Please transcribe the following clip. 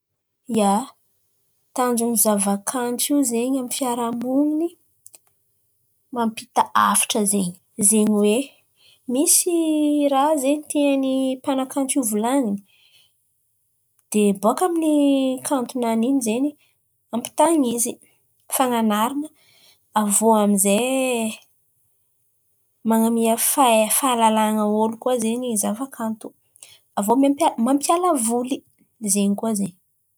Ia, tanjon̈o zava-kanto io zen̈y amin'ny fiarahamoniny mampita hafatra zen̈y. Zen̈y hoe misy ràha zen̈y tian'ny mpanankato io volan̈ina dia bôkà amin'ny kantonany io io zen̈y ampitany izy. Fanan̈arana avy iô amin'izay fahe- fahalalan̈a ôlo koa zen̈y ny zava-kanto. Avy îô mampiala voly, zen̈y koa zen̈y.